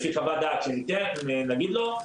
לפי חוות דעת שנגיד לו,